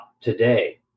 today